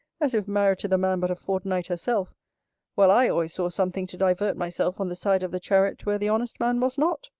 as if married to the man but a fortnight herself while i always saw something to divert myself on the side of the chariot where the honest man was not,